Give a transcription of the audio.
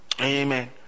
Amen